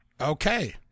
Okay